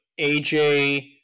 AJ